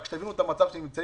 תבינו את המצב שהם נמצאים.